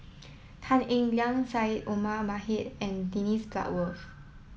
Tan Eng Liang Syed Omar Mohamed and Dennis Bloodworth